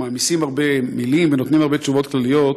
שמעמיסים הרבה מילים ונותנים הרבה תשובות כלליות.